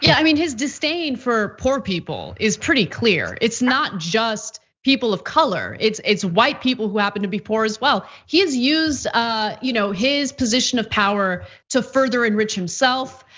yeah i mean his disdain for poor people, is pretty clear. it's not just people of color, it's it's white people who happen to be poor as well. he's used ah you know his position of power to further enrich himself,